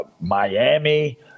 Miami